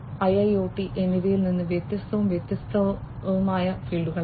0 IIoT എന്നിവയിൽ നിന്ന് വ്യത്യസ്തവും വ്യത്യസ്തവുമായ ഫീൽഡുകളല്ല